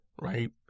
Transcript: Right